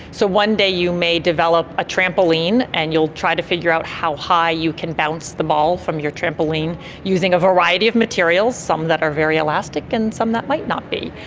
so one day you may develop a trampoline and you'll try to figure out how high you can bounce the ball from your trampoline using a variety of materials, some that are very elastic and some that might not be.